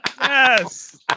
Yes